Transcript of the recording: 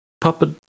puppet